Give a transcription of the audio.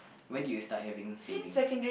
when did you start having savings